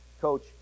coach